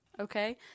Okay